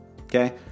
okay